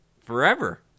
Forever